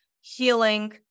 healing